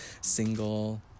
single